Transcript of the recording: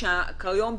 כיום,